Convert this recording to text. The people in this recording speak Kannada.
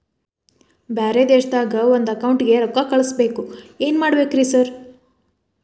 ಬ್ಯಾರೆ ದೇಶದಾಗ ಒಂದ್ ಅಕೌಂಟ್ ಗೆ ರೊಕ್ಕಾ ಕಳ್ಸ್ ಬೇಕು ಏನ್ ಮಾಡ್ಬೇಕ್ರಿ ಸರ್?